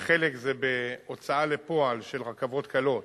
וחלק זה בהוצאה לפועל של רכבות קלות,